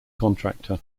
contractor